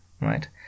right